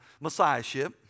messiahship